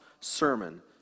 sermon